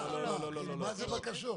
מה זה בקשות?